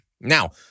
Now